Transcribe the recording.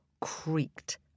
creaked